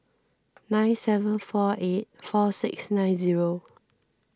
nine seven four eight four six nine zero